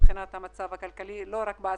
מבחינת המצב הכלכלי - לא רק בעסקים,